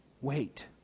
Wait